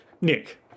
Nick